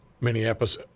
Minneapolis